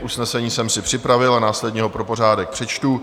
Usnesení jsem si připravil a následně ho pro pořádek přečtu.